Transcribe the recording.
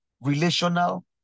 relational